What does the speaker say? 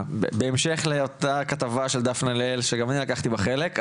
בהמשך לאותה כתבה של דפנה ליאל שגם אני לקחתי בה חלק,